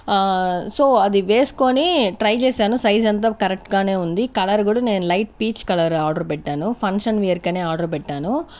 ఆ సో అది వేసుకొని ట్రై చేశాను సైజ్ అంతా కరెక్ట్గానే ఉంది కలర్ కూడా నేను లైట్ పీచ్ కలర్ ఆర్డర్ పెట్టాను ఫంక్షన్ వేర్ కని ఆర్డర్ పెట్టాను